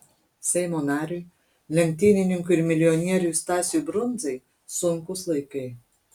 seimo nariui lenktynininkui ir milijonieriui stasiui brundzai sunkūs laikai